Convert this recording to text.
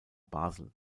basel